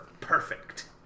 perfect